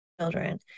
children